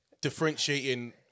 differentiating